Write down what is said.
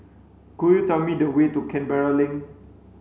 could you tell me the way to Canberra Link